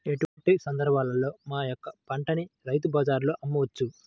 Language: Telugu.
ఎటువంటి సందర్బాలలో మా యొక్క పంటని రైతు బజార్లలో అమ్మవచ్చు?